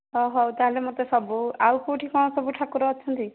ହେଉ ତା'ହେଲେ ମୋତେ ସବୁ ଆଉ କେଉଁଠି କ'ଣ ସବୁ ଠାକୁର ଅଛନ୍ତି